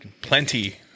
plenty